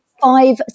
Five